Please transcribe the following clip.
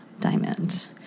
Diamond